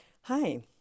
Hi